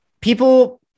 people